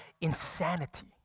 insanity